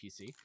PC